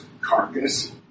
carcass